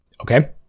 Okay